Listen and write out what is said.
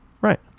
Right